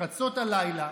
חצות הלילה,